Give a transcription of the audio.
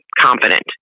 confident